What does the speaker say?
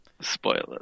Spoilers